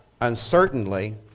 uncertainly